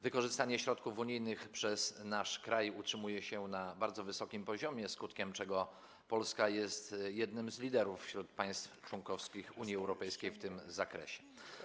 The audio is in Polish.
Wykorzystanie środków unijnych przez nasz kraj utrzymuje się na bardzo wysokim poziomie, skutkiem czego Polska jest jednym z liderów wśród państw członkowskich Unii Europejskiej w tym zakresie.